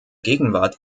gegenwart